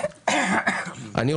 מה